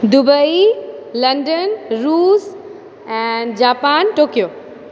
Dubai London रूस and Japan Tokyo